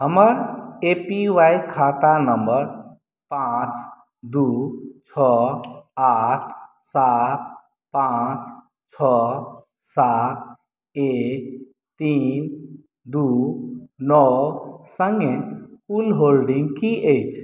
हमर A P Y खाता नम्बर पांँच दू छओ आठ सात पांँच छओ सात एक तीन दू नओ सङ्गे कुल होल्डिङ्ग की अछि